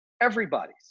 Everybody's